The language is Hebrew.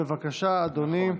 בבקשה, אדוני.